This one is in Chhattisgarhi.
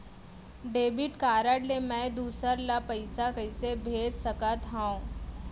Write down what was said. डेबिट कारड ले मैं दूसर ला पइसा कइसे भेज सकत हओं?